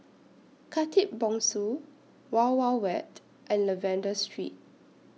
Khatib Bongsu Wild Wild Wet and Lavender Street